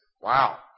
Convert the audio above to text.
Wow